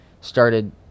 started